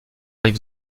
rive